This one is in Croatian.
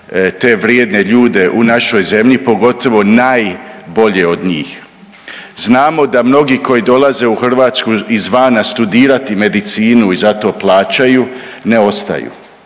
te vrijedne ljude u našoj zemlji pogotovo najbolje od njih. Znamo da mnogi koji dolaze u Hrvatsku izvana studirati medicinu i za to plaćaju ne ostaju,